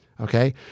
Okay